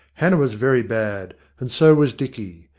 hannah was very bad, and so was dicky.